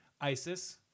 Isis